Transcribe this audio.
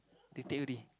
they take already